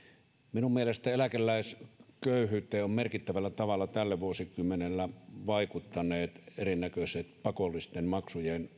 minun mielestäni eläkeläisköyhyyteen ovat merkittävällä tavalla tällä vuosikymmenellä vaikuttaneet erinäköiset pakollisten maksujen